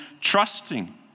trusting